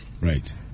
Right